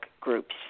groups